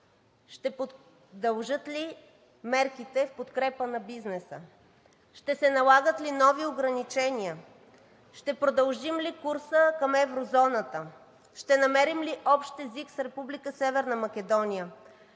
ще продължат ли мерките в подкрепа на бизнеса, ще се налагат ли нови ограничения, ще продължим ли курса към еврозоната, ще намерим ли общ език с Република